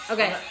Okay